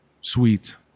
sweet